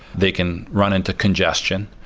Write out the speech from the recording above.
they can run into congestion.